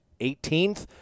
18th